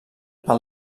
pel